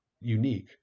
unique